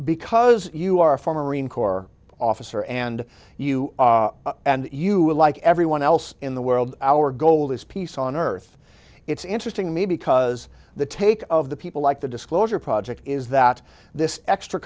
because you are a former marine corps officer and you and you like everyone else in the world our goal is peace on earth it's interesting to me because the take of the people like the disclosure project is that this extra